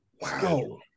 Wow